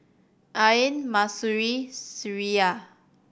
Ain Mahsuri Syirah